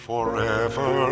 Forever